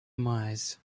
mars